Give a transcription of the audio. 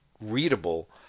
readable